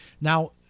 Now